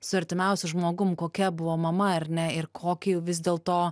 su artimiausiu žmogum kokia buvo mama ar ne ir kokį vis dėl to